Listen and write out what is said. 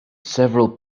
several